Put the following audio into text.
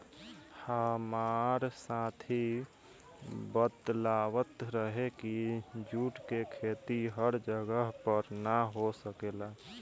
हामार साथी बतलावत रहे की जुट के खेती हर जगह पर ना हो सकेला